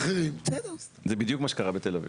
כמנחה אבל לא כמו הסעיף הקודם של ללכת לעשות פרה רולינג,